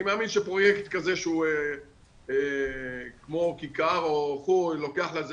אני מאמין שפרויקט כזה שהוא כמו כיכר או --- לוקח לזה